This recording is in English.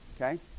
Okay